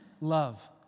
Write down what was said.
love